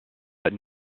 that